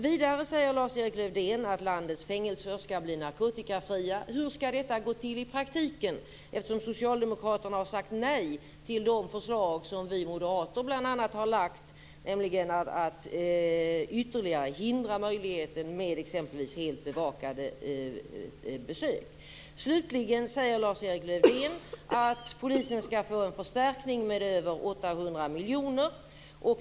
Vidare säger Lars-Erik Lövdén att landets fängelser skall bli narkotikafria. Hur skall detta gå till i praktiken? Socialdemokraterna har ju sagt nej till de förslag som vi moderater bl.a. har lagt fram, om att ytterligare hindra möjligheten med exempelvis helt bevakade besök. Slutligen säger Lars-Erik Lövdén att polisen skall få en förstärkning med över 800 miljoner.